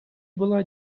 була